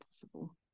possible